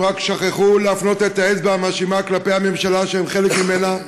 הם רק שכחו להפנות את האצבע המאשימה כלפי הממשלה שהם חלק ממנה,